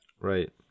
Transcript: Right